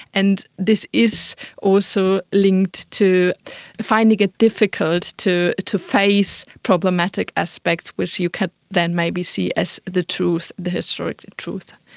and this is also linked to finding it difficult to to face problematic aspects which you could then maybe see as the truth, the historical truth.